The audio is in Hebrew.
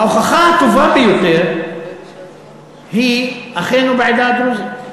ההוכחה הטובה ביותר היא אחינו בעדה הדרוזית.